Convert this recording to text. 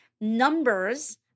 Numbers